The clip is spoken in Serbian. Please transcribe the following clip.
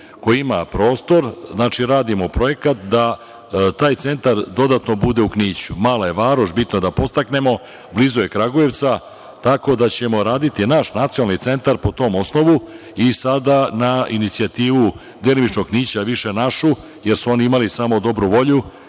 koji ima prostor, znači radimo projekat, da taj centar dodatno bude u Kniću. Mala je varoš. Bitno je da podstaknemo. Blizu je Kragujevca. Tako da ćemo raditi, naš nacionalni centar po tom osnovu i sada na inicijativu delimično Knića, a više našu, jer su oni imali samo dobru volju,